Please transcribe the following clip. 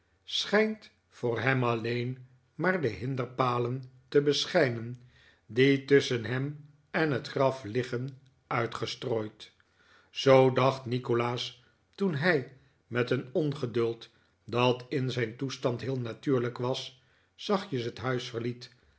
schijnt voor hem alleen maar de hinderpalen te beschijnen die tusschen hem en het graf liggen uitgestrooid zoo dacht nikolaas toen hij met een ongeduld dat in zijn toestand heel natuurlijk was zachtjes het huis verliet